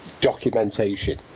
documentation